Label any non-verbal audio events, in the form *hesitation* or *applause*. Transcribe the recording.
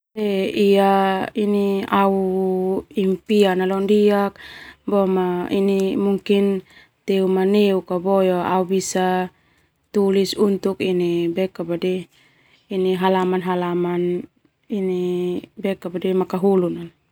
Au impian na leo ndia teu maneuk au bisa tulis untuk halaman ini *hesitation* ini *hesitation* halaman makahulu.